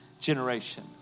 generation